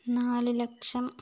നാല് ലക്ഷം